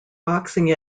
boxing